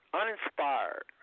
uninspired